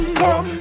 come